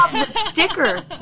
Sticker